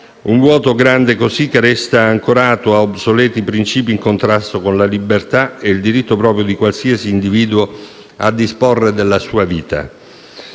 un vuoto grande così, che resta ancorato a obsoleti principi in contrasto con la libertà e il diritto proprio di qualsiasi individuo a disporre della sua vita.